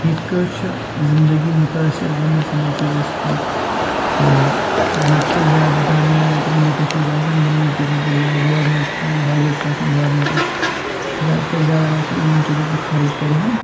یِتھ کٲٹھۍ چھِ زندگی متٲثر گٔمٕژ یِمو چیٖزَو سۭتۍ تہٕ نَتہٕ چھُ زیادٕ دارمَدار أکِس مُلکَس منٛز آسان یِمنٕے چیٖزَن پٮ۪ٹھ یا گورمیٚنٛٹ چھُ پَنُن بَجٹ چھُ آسان گورمِنٹَس زیادٕ کھۄتہٕ زیادٕ اَگر سُہ یِمَن چیٖزَن پٮ۪ٹھ خرچ کَرِہاو